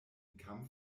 kampf